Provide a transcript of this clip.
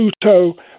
Pluto